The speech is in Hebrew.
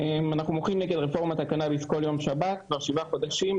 אנחנו מוחים נגד רפורמת הקנאביס כל יום שבת כבר שבעה חודשים,